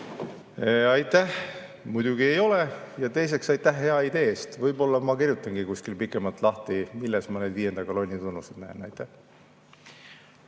Aitäh! Muidugi ei ole. Ja teiseks, aitäh hea idee eest! Võib-olla ma kirjutangi kuskil pikemalt lahti, milles ma neid viienda kolonni tunnuseid näen. Aitäh!